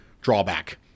drawback